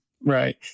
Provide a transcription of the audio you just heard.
Right